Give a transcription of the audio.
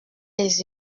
les